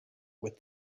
with